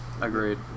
Agreed